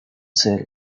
sell